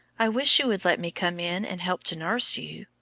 i wish you would let me come in and help to nurse you.